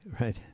right